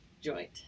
joint